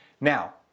Now